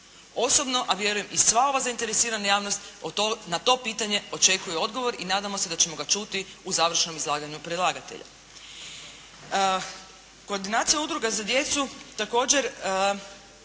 Osobno, a vjerujem i sva ona zainteresirana javnost, na to pitanje očekuje odgovor i nadamo se da ćemo ga čuti u završnom izlaganju predlagatelja. Koordinacija udruga za djecu također